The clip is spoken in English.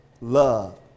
love